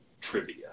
trivia